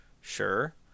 sure